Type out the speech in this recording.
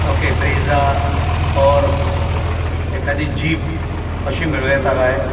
okay Brezza or एकादी jeep अशी मेळूं येता काय